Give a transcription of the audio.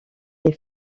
les